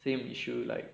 same issue like